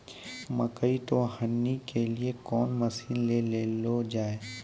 मकई तो हनी के लिए कौन मसीन ले लो जाए?